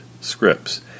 scripts